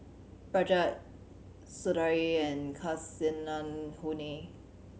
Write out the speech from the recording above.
Rajat Sudhir and Kasinadhuni